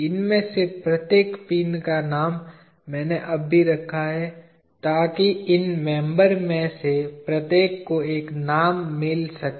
इनमें से प्रत्येक पिन का नाम मैंने अभी रखा है ताकि इन मेंबर में से प्रत्येक को एक नाम मिल सके